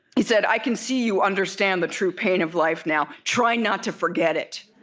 he said, i can see you understand the true pain of life now. try not to forget it